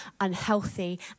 unhealthy